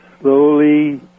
slowly